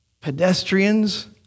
Pedestrians